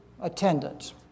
attendance